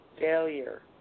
failure